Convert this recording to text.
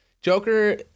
Joker